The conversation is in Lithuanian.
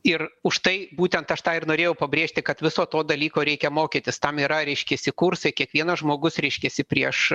ir už tai būtent aš tą ir norėjau pabrėžti kad viso to dalyko reikia mokytis tam yra reiškiasi kursai kiekvienas žmogus reiškiasi prieš